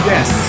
Yes